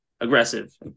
aggressive